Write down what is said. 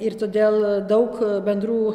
ir todėl daug bendrų